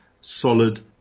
solid